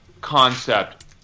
concept